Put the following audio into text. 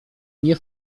nie